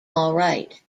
alright